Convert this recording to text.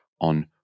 on